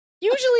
usually